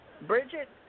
Bridget